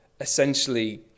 essentially